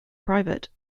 private